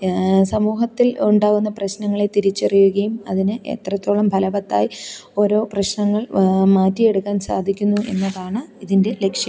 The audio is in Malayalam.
സമൂഹത്തില് ഉണ്ടാവുന്ന പ്രശ്നങ്ങളെ തിരിച്ചറിയുകയും അതിന് എത്രത്തോളം ഫലവത്തായി ഓരോ പ്രശ്നങ്ങള് വാ മാറ്റിയെടുക്കാന് സാധിക്കുന്നു എന്നതാണ് ഇതിന്റെ ലക്ഷ്യം